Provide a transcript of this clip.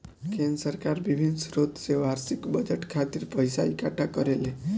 केंद्र सरकार बिभिन्न स्रोत से बार्षिक बजट खातिर पइसा इकट्ठा करेले